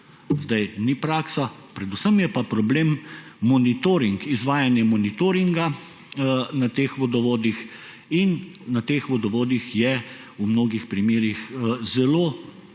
sedaj ni praksa. Predvsem pa je problem izvajanje monitoringa na teh vodovodih. In na teh vodovodih je v mnogih primerih zelo